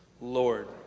Lord